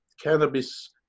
cannabis